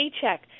paycheck